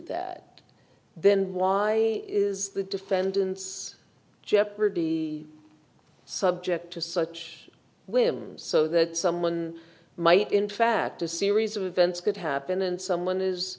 that then why is the defendant's jeopardy subject to such whims so that someone might in fact a series of events could happen and someone is